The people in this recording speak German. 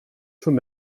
schon